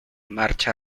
marcha